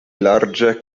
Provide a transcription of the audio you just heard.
larĝe